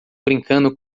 brincando